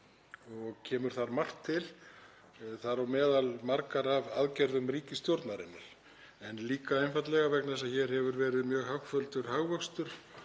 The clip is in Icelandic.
og kemur þar margt til, þar á meðal margar af aðgerðum ríkisstjórnarinnar en líka einfaldlega vegna þess að hér hefur verið mjög hagfelldur hagvöxtur